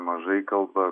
mažai kalba